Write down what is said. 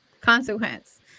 consequence